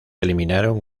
eliminaron